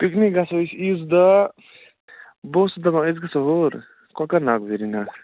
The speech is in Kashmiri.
پِکنِک گَژھو أسۍ عیٖذ دۄہ بہٕ اوسُس دَپان أسۍ گَژھو ہور کۄکرناگ ویری ناگ